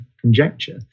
conjecture